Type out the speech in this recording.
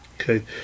okay